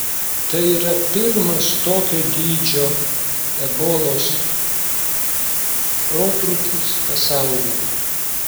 tai yra pirmas tokio dydžio ebolos protrūkis pasaulyje